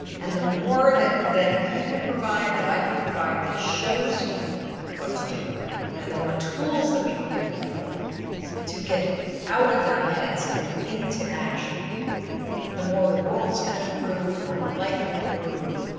and the more that that you can provide, that i can provide that shows people what to do and the more tools that we can give people to get out of their heads and into action the more the world is going to improve, the more your life will improve.